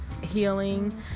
healing